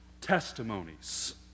testimonies